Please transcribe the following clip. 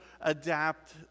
adapt